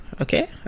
okay